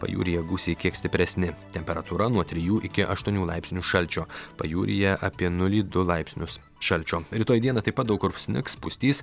pajūryje gūsiai kiek stipresni temperatūra nuo trijų iki aštuonių laipsnių šalčio pajūryje apie nulį du laipsnius šalčio rytoj dieną taip pat daug kur snigs pustys